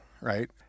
right